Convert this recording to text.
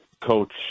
coach